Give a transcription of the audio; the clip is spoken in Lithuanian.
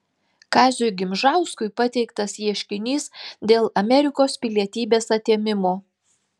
kaziui gimžauskui pateiktas ieškinys dėl amerikos pilietybės atėmimo